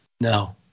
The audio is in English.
No